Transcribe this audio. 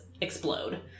explode